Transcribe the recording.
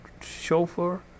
chauffeur